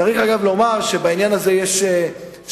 אגב, צריך לומר שבעניין הזה יש שאלות,